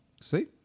See